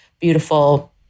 beautiful